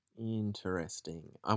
Interesting